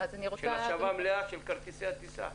בנושא השבה מלאה של כרטיסי הטיסה.